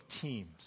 Teams